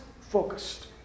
focused